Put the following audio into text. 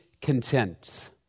content